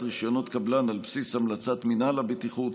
רישיונות קבלן על בסיס המלצת מינהל הבטיחות,